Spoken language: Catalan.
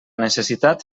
necessitat